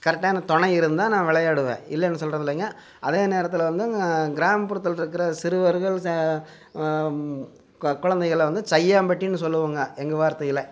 கரெக்டான தொணை இருந்தால் நான் விளையாடுவேன் இல்லைன்னு சொல்கிறேன் இல்லைங்க அதே நேரத்தில் வந்து கிராமப்புறத்தில் இருக்கற சிறுவர்கள் கொ குழந்தைகள் வந்து சையாம்பட்டின்னு சொல்லுவோங்க எங்கள் வார்த்தையில்